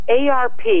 ARP